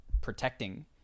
protecting